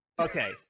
Okay